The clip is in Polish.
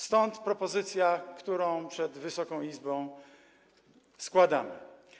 Stąd propozycja, którą przed Wysoką Izbą składamy.